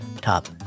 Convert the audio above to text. top